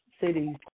cities